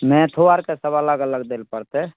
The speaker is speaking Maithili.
मैथो आरकऽ सभ अलग अलग दै लऽ पड़तै